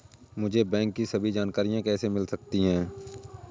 मुझे बैंकों की सभी जानकारियाँ कैसे मिल सकती हैं?